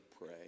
pray